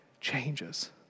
changes